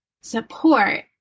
support